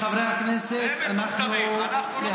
הם מטומטמים, אנחנו לא מטומטמים.